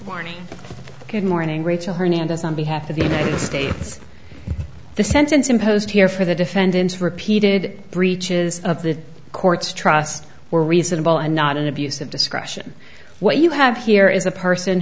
morning good morning rachel hernandez on behalf of the united states the sentence imposed here for the defendants repeated breaches of the court's trust were reasonable and not an abuse of discretion what you have here is a person